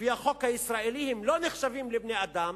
לפי החוק הישראלי, הם לא נחשבים לבני-אדם,